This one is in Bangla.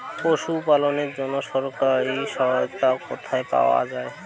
পশু পালনের জন্য সরকারি সহায়তা কোথায় পাওয়া যায়?